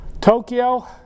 Tokyo